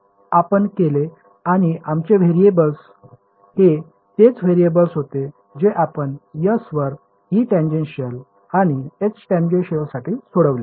हेच आपण केले आणि आमचे व्हेरिएबल्स हे तेच व्हेरिएबल्स होते जे आपण s वर E टेंजेन्शियल आणि H टेंजेन्शियलसाठी सोडवले